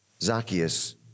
Zacchaeus